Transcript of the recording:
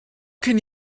can